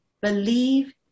believe